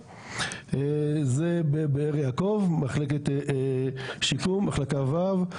זה בבאר יעקב, מחלקת שיקום, מחלקה ו',